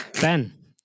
Ben